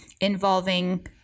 involving